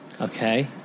Okay